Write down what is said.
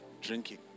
Drinking